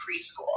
preschool